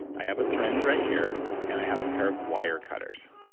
i have a syringe right here and i have a pair of wire cutters.